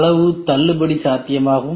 அளவு தள்ளுபடி சாத்தியமாகும்